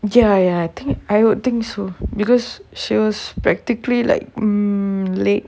ya ya ya I think I would think so because she was practically like mm late